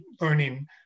learning